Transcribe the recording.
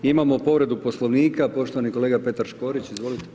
Imamo povredu Poslovnika, poštovani kolega Petar Škorić, izvolite.